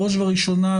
בראש ובראשונה,